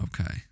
Okay